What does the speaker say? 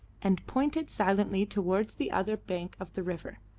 and pointed silently towards the other bank of the river.